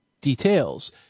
details